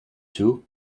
too